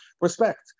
respect